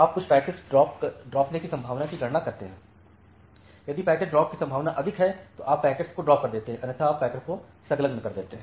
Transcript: आप कुछ पैकेट्स ड्रापने की संभावना की गणना करते हैं यदि पैकेट्स ड्रॉप की संभावना अधिक है तो आप पैकेट्स को ड्राप देते हैं अन्यथा आप पैकेट्स को संलग्न करते हैं